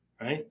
right